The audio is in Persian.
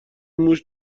موش